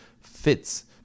fits